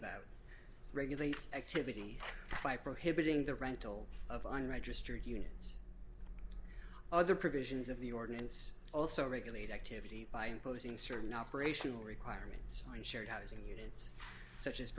about regulates activity by prohibiting the rental of i registered units other provisions of the ordinance also regulate activity by imposing certain operational requirements on shared housing units such as